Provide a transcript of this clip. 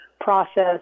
process